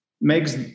makes